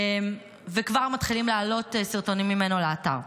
וכבר מתחילים לעלות סרטונים ממנו לאתר.